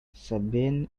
sabine